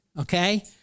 okay